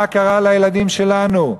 מה קרה לילדים שלנו?